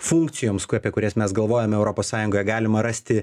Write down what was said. funkcijoms apie kurias mes galvojame europos sąjungoje galima rasti